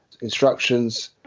instructions